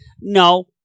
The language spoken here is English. No